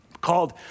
called